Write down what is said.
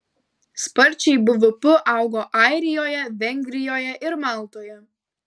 sparčiai bvp augo airijoje vengrijoje ir maltoje